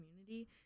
community